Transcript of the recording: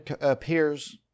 appears